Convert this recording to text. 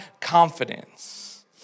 confidence